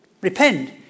Repent